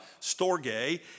Storge